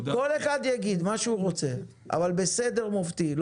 כל אחד יגיד מה שהוא רוצה אבל בסדר מופתי,